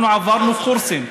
אנחנו עברנו קורסים,